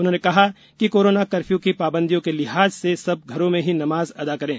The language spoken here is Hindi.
उन्होंने कहा कि कोरोना कर्फ्यू की पाबंदियों के लिहाज से सब घरों में ही नमाज अदा करें